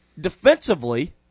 defensively